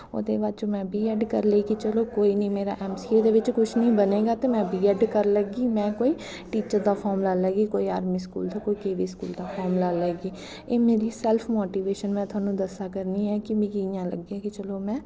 ओह्दे बाद च में बी ऐड करी लेई कि चलो कोई निं मेरा ऐम सी ए दे बिच्च कुछ नी बनेगा ते में बी ऐड करी लैग्गी में कोई टीचर दा फार्म लाई लैग्गी कोई आर्मी स्कूल दा कोई के वी स्कूल दा फार्म लाई लैगी एह् मेरी सैल्फ मोटिवेशन में थुआनू दस्सा करनी आं कि मिगी इ'यां लग्गेआ कि चलो में